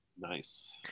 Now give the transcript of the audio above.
Nice